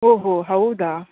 ಓಹೋ ಹೌದಾ